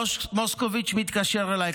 מוסקוביץ' מתקשר אליי,